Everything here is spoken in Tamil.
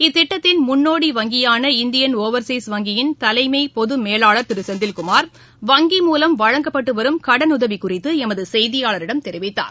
இத்திட்டத்தின் முன்னோடி வங்கியான இந்தியன் இவர்சீஸ் வங்கியின் தலைமை பொது மேலாளர் திரு செந்தில்குமார் வங்கி மூலம் வழங்கப்பட்டு வரும் கடனுதவி குறித்து எமது செய்தியாளரிடம் தெரிவித்தார்